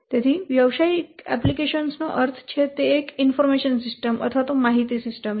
તેથી વ્યવસાયિક એપ્લિકેશનનો અર્થ છે તે એક માહિતી સિસ્ટમ છે